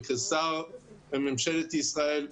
וכשר בממשלת ישראל,